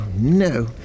No